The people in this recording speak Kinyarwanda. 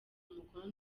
umukono